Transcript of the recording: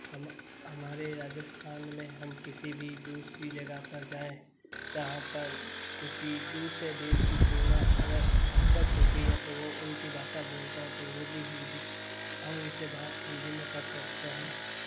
हम हमारे राजस्थान में हम किसी भी दूसरी जगह पर जाएं जहाँ पर किसी दूसरे देश की सीमा अगर टच होती है तो वो उनकी भाषा बोलते हैं तो वो भी हिंदी हम उनसे बात हिंदी में कर सकते हैं